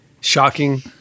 Shocking